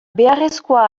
beharrezkoa